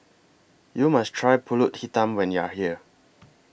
YOU must Try Pulut Hitam when YOU Are here